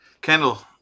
Kendall